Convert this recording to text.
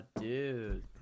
Dude